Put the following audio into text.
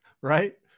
Right